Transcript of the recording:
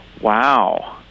Wow